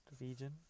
region